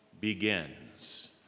begins